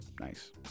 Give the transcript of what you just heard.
nice